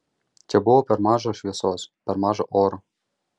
čia buvo per maža šviesos per maža oro